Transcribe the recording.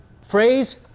phrase